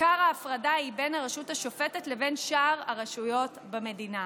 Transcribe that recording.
עיקר ההפרדה היא בין הרשות השופטת לבין שאר הרשויות במדינה".